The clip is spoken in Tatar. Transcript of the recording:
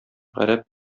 гарәп